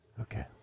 Okay